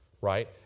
right